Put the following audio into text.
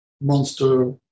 monster